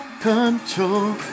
control